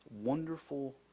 Wonderful